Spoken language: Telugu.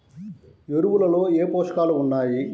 ఎరువులలో ఏ పోషకాలు ఉన్నాయి?